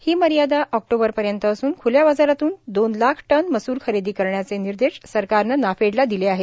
ही मर्यादा ऑक्टोबरपर्यंत असूनख्ल्या बाजारातून दोन लाख टन मसूर खरेदी करण्याचे निर्देश सरकारनं नाफेडला दिले आहेत